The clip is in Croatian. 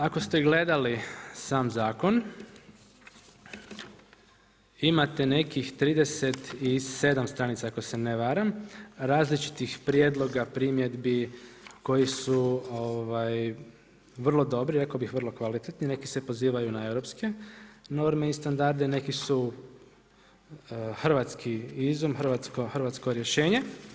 Ako ste gledali sam zakon, imate nekih 37 stranica ako se ne varam, različitih prijedloga, primjedbi koji su vrlo dobri, rekao bih vrlo kvalitetni, neki su pozivaju na europske norme i standarde, neki su hrvatski izum, hrvatsko rješenje.